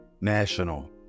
National